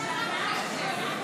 נראה.